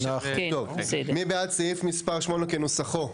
מי בעד סעיף 8 כנוסחו?